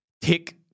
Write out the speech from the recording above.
tick